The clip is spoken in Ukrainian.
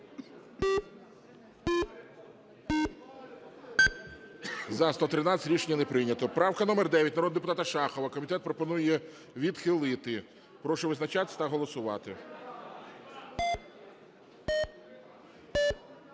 За-113 Рішення не прийнято. Правка номер 9, народного депутата Шахова. Комітет пропонує відхилити. Прошу визначатися та голосувати.